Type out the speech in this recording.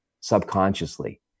subconsciously